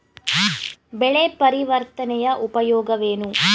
ಬೆಳೆ ಪರಿವರ್ತನೆಯ ಉಪಯೋಗವೇನು?